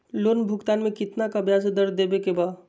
Loan भुगतान में कितना का ब्याज दर देवें के बा?